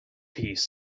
piece